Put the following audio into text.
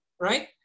Right